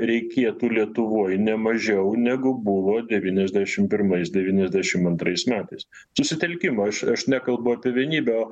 reikėtų lietuvoj ne mažiau negu buvo devyniasdešimt pirmais devyniasdešimt antrais metais susitelkimo aš aš nekalbu apie vienybę o